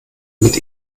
mit